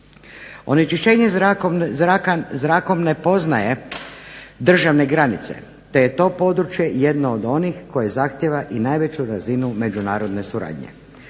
Onečišćenje zraka ne poznaje državne granice, te je to područje jedno od onih koje zahtjeva najveću razinu međunarodne suradnje.